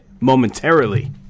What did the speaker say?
momentarily